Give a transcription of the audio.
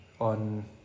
on